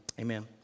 amen